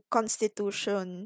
Constitution